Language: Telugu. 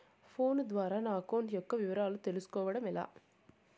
ఫోను ద్వారా నా అకౌంట్ యొక్క వివరాలు తెలుస్కోవడం ఎలా?